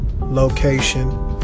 location